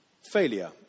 failure